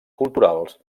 culturals